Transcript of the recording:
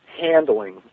handling